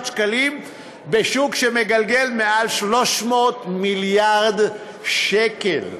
שקלים בשוק שמגלגל יותר מ-300 מיליארד שקלים.